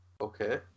Okay